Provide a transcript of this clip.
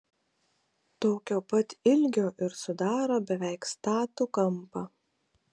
tokio pat ilgio ir sudaro beveik statų kampą